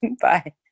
Bye